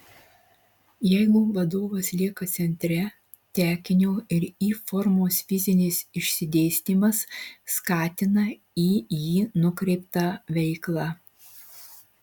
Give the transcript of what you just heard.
jeigu vadovas lieka centre tekinio ir y formos fizinis išsidėstymas skatina į jį nukreiptą veiklą